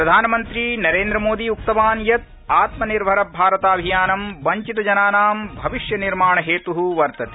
प्रधानमंत्री नरेन्द्रमोदी उक्तवान यत् आत्मनिर्भर भारताभियानम वंचितजनाना भविष्यनिर्माणहेतु वर्तते